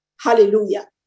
hallelujah